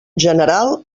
general